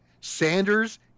Sanders